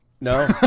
No